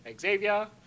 Xavier